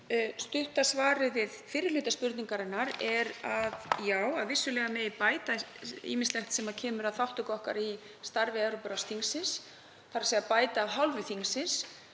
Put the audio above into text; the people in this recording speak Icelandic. Stutta svarið við fyrri hluta spurningarinnar er já, að vissulega megi bæta ýmislegt þegar kemur að þátttöku okkar í starfi Evrópuráðsþingsins, þ.e. að bæta af hálfu þingsins,